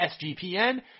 SGPN